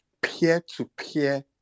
Peer-to-peer